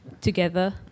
Together